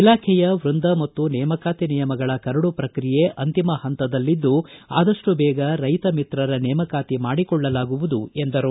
ಇಲಾಖೆಯ ವೃಂದ ಮತ್ತು ನೇಮಕಾತಿ ನಿಯಮಗಳ ಕರಡು ಪ್ರಕ್ರಿಯೆ ಅಂತಿಮ ಪಂತದಲ್ಲಿದ್ದು ಆದಷ್ಟು ಬೇಗ ರೈತಮಿತ್ರ ರ ನೇಮಕಾತಿ ಮಾಡಿಕೊಳ್ಳಲಾಗುವುದು ಎಂದರು